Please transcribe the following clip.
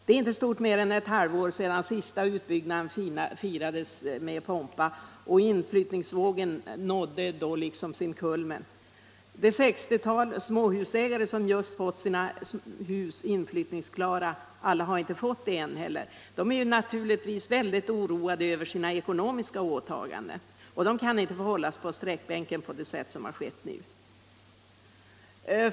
Det är inte stort mer än ett halvår sedan den senaste utbyggnaden firades med pompa, och inflyttningsvågen nådde då sin kulmen. Det 60-tal småhusägare som just fått sina hus inflyttningsklara — alla har inte fått det än — är naturligtvis väldigt oroade över sina ekonomiska åtaganden. De kan inte få hållas på sträckbänken på sådant sätt som har skett nu.